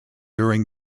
during